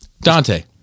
Dante